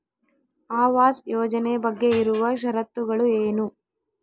ಆವಾಸ್ ಯೋಜನೆ ಬಗ್ಗೆ ಇರುವ ಶರತ್ತುಗಳು ಏನು?